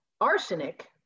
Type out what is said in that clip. Arsenic